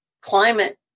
climate